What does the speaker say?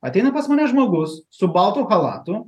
ateina pas mane žmogus su baltu chalatu